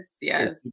Yes